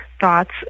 thoughts